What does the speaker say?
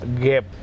gap